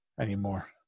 anymore